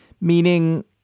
Meaning